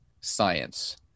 science